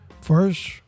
First